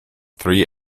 three